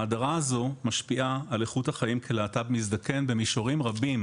ההדרה הזו משפיעה על איכות החיים כלהט"ב מזדקן במישורים רבים